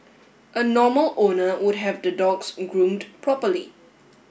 a normal owner would have the dogs groomed properly